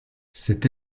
cette